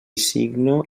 signo